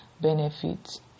benefits